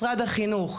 משרד החינוך,